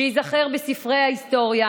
שייזכר בספרי ההיסטוריה